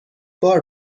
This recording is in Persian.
بار